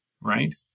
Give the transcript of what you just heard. right